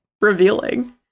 revealing